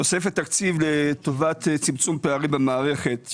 תוספת תקציב לטובת צמצום פערים במערכת,